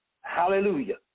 Hallelujah